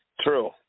True